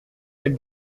elle